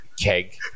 keg